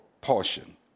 portion